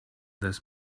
this